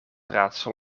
raadsel